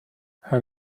her